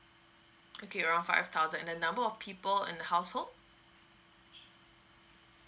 okay around five thousand and the number of people in the household